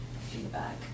feedback